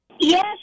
Yes